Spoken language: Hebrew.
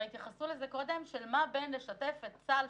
אני חושבת שחשוב לשים על השולחן,